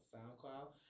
SoundCloud